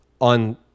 on